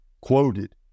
quoted